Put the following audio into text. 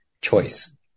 choice